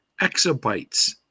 exabytes